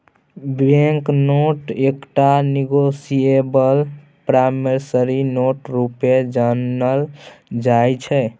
bank note एकटा negotiable promissory note रुपे जानल जाइ छै